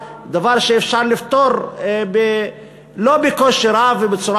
דבר שאפשר לפתור לא בקושי רב ובצורה